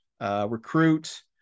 recruit